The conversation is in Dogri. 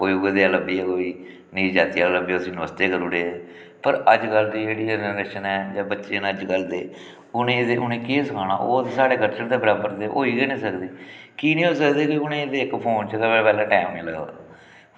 कोई उ'ऐ जनेहा लब्भी गेआ कोई नीच जाति आह्ला लब्भी गेआ उस्सी नमस्ते करी ओड़ी पर अजकल्ल दी जेह्ड़ी जनरेशन ऐ जां बच्चे न अजकल्ल दे उ'नेंगी ते उ'नेंगी केह् सखाना ओह् ते साढ़े जनरेशन दे बराबर ते होई गै नेईं सकदे कि निं होई सकदे कि उ'नेंगी ते इक फोन चा गै पैहला टाईम निं लगदा